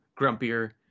grumpier